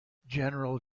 general